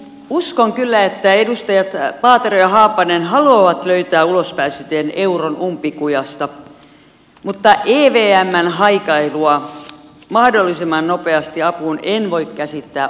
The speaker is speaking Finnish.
uskon kyllä että edustajat paatero ja haapanen haluavat löytää ulospääsytien euron umpikujasta mutta evmn haikailua mahdollisimman nopeasti apuun en voi käsittää ollenkaan